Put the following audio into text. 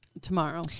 tomorrow